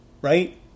Right